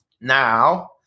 Now